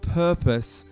purpose